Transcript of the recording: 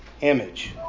image